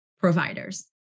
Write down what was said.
providers